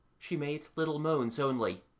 she made little moans only,